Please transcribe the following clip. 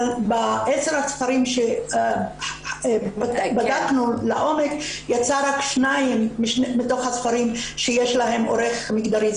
בעשרה הספרים שבדקנו לעומק יצא שרק שניים מתוכם שיש להם עורך מגדרי.